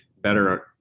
better